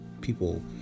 people